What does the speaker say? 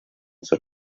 zur